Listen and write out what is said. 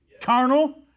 carnal